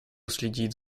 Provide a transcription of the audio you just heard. следить